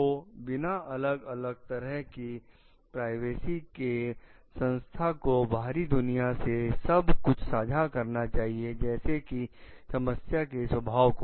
तो बिना अलग अलग तरह की प्राइवेसी के संस्था को बाहरी दुनिया से सब कुछ साझा करना चाहिए जैसे कि समस्या के स्वभाव को